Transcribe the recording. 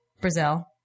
Brazil